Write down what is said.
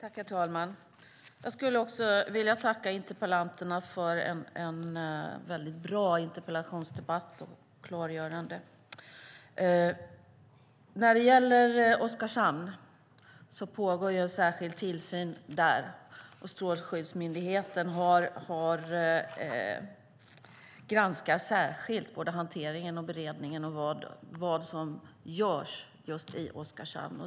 Herr talman! Jag skulle vilja tacka interpellanterna för en bra och klargörande interpellationsdebatt. Det pågår en särskild tillsyn av Oskarshamn. Strålsäkerhetsmyndigheten granskar särskilt hanteringen och beredningen av vad som görs i Oskarshamn.